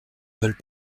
veulent